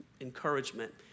encouragement